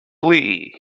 leahy